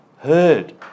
Heard